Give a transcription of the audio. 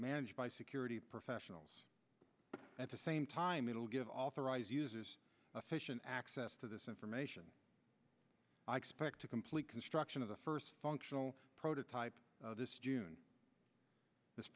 managed by security professionals at the same time it'll give authorize a station access to this information i expect to complete construction of the first functional prototype this june this